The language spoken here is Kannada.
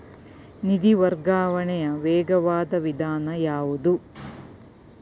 ನಿಧಿ ವರ್ಗಾವಣೆಯ ವೇಗವಾದ ವಿಧಾನ ಯಾವುದು?